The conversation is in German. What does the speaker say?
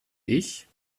ich